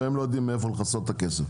והם לא יודעים מאיפה לכסות את הכסף.